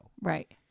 right